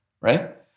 right